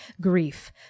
grief